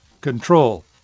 control